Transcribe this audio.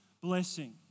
blessing